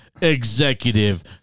executive